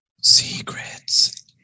secrets